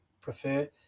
prefer